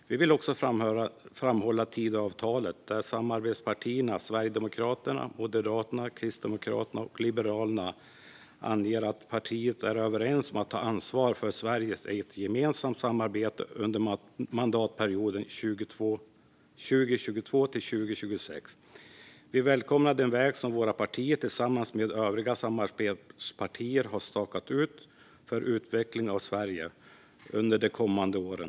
Vi vill också framhålla Tidöavtalet, där samarbetspartierna Sverigedemokraterna, Moderaterna, Kristdemokraterna och Liberalerna anger att partierna är överens om att ta ansvar för Sverige i ett gemensamt samarbete under mandatperioden 2022-2026. Vi välkomnar den väg som våra partier tillsammans med övriga samarbetspartier har stakat ut för utvecklingen av Sverige under de kommande åren.